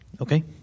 Okay